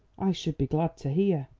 i should be glad to hear.